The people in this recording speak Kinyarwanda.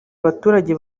baturage